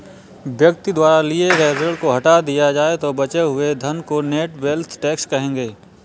व्यक्ति द्वारा लिए गए ऋण को हटा दिया जाए तो बचे हुए धन को नेट वेल्थ टैक्स कहेंगे